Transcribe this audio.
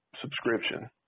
subscription